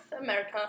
America